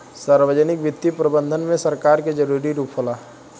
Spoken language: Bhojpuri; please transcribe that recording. सार्वजनिक वित्तीय प्रबंधन में सरकार के जरूरी रूप होला